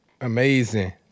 amazing